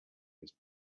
his